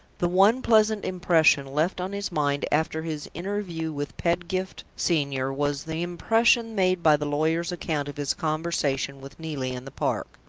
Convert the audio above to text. the one pleasant impression left on his mind after his interview with pedgift senior was the impression made by the lawyer's account of his conversation with neelie in the park.